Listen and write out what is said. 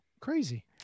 Crazy